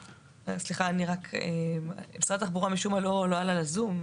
נציגי משרד התחבורה משום מה לא עלו בזום.